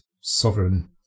sovereign